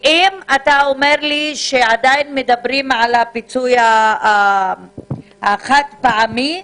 אם אתה אומר לי שעדיין מדברים על הפיצוי החד-פעמי --- המענק.